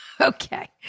Okay